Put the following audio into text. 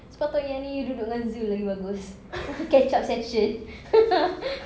sepatutnya yang ini you duduk dengan zul lagi bagus catch up session